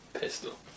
pistol